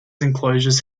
enclosures